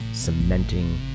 cementing